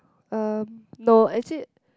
um no actually